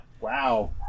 wow